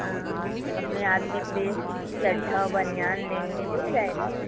हाँ अपने आदमी के लिए चड्ढा बनियान लेंगे मिल जाएगा